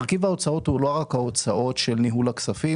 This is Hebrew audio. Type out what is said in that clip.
מרכיב ההוצאות הוא לא רק ההוצאות של ניהול הכספים.